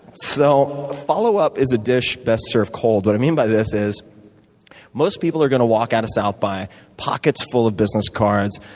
so follow-up is a dish best served cold. what i mean by this is most people are going to walk out of south by with pockets full of business cards,